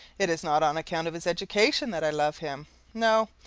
it is not on account of his education that i love him no,